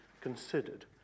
considered